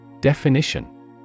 Definition